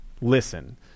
listen